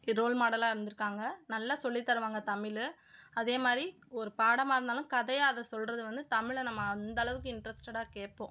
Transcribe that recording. role மாடலாக இருந்திருக்காங்க நல்லா சொல்லி தருவாங்க தமிழ் அதேமாதிரி ஒரு பாடமாக இருந்தாலும் கதையாக அதை சொல்கிறது வந்து தமிழை நம்ம அந்தளவுக்கு இன்ட்ரெஸ்ட்டடாக கேட்போம்